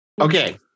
Okay